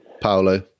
Paolo